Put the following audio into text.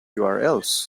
urls